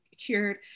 cured